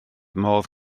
modd